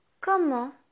Comment